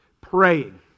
Praying